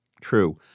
True